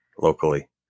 locally